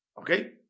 Okay